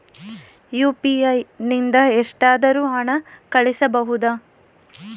UPI ನಿಂದ ಎಷ್ಟಾದರೂ ಹಣ ಕಳಿಸಬಹುದಾ?